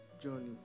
journey